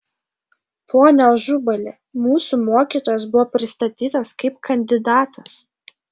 pone ažubali mūsų mokytojas buvo pristatytas kaip kandidatas